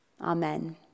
Amen